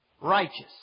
righteous